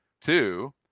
Two